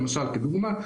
למשל כדוגמה,